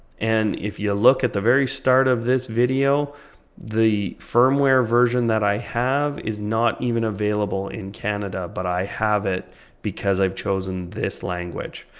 and if you look at the very start of this video the firmware version that i have is not even available in canada. but i have it because i've chosen this language.